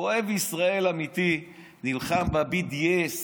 הוא אוהב ישראל אמיתי, נלחם ב-BDS,